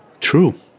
True